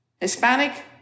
Hispanic